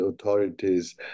authorities